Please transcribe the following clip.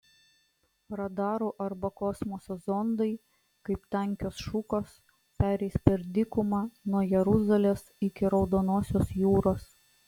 radarų arba kosmoso zondai kaip tankios šukos pereis per dykumą nuo jeruzalės iki raudonosios jūros